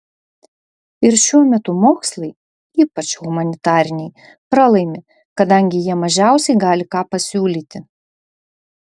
ir šiuo metu mokslai ypač humanitariniai pralaimi kadangi jie mažiausiai gali ką pasiūlyti